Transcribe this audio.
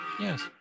Yes